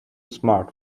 smart